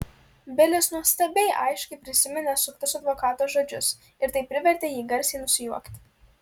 bilis nuostabiai aiškiai prisiminė suktus advokato žodžius ir tai privertė jį garsiai nusijuokti